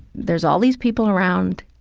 there's all these people around.